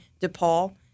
DePaul